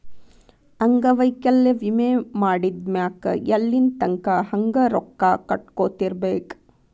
ಅಂಗವೈಕಲ್ಯ ವಿಮೆ ಮಾಡಿದ್ಮ್ಯಾಕ್ ಎಲ್ಲಿತಂಕಾ ಹಂಗ ರೊಕ್ಕಾ ಕಟ್ಕೊತಿರ್ಬೇಕ್?